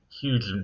huge